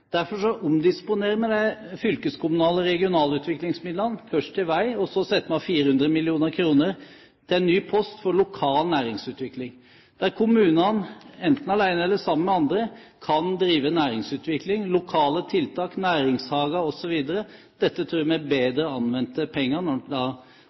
Derfor omdisponerer vi de fylkeskommunale regionalutviklingsmidlene, først til vei, og så setter vi av 400 mill. kr på en ny post til lokal næringsutvikling, der kommunene, enten alene eller sammen med andre, kan drive næringsutvikling, lokale tiltak, næringshager osv. Dette tror vi